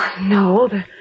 No